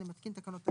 אני מתקין תקנות אלה: